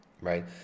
right